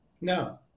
No